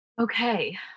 Okay